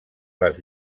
les